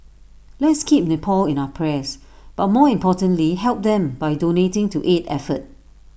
let's keep Nepal in our prayers but more importantly help them by donating to aid effort